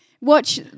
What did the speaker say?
watch